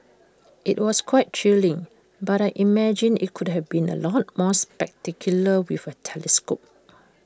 IT was quite thrilling but I imagine IT could have been A lot more spectacular with A telescope